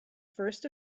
first